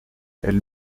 elle